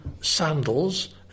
Sandals